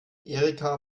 erika